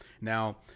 Now